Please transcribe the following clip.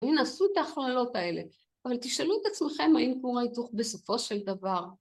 הנה, עשו את ההכללות האלה, אבל תשאלו את עצמכם האם קורה היתוך בסופו של דבר.